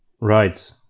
Right